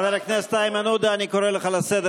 חבר הכנסת איימן עודה, מספיק.